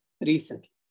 recently